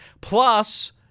Plus